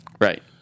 Right